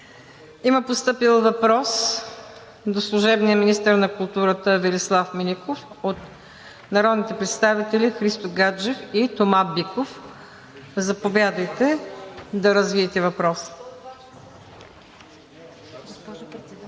Има постъпил въпрос до служебния министър на културата Велислав Минеков от народните представители Христо Гаджев и Тома Биков. Заповядайте да развиете въпроса.